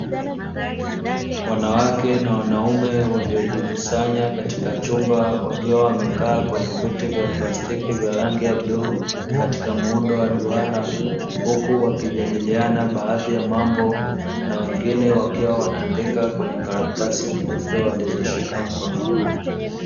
Wanawake na wanaume waliyojikusanya katika chumba wakiwa wamekaa kwenye viti vya plastiki vya rangi ya bluu, katika muundo wa duara, huku wakijadiliana baadhi ya mambo, na wengine wakiwa wanaandika kwenye karatasi nyeupe walizoshika mkononi.